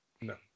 No